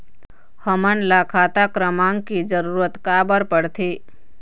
हमन ला खाता क्रमांक के जरूरत का बर पड़थे?